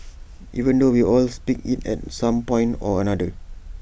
even though we all speak IT at some point or another